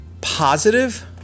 positive